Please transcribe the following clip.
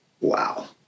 Wow